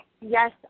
Yes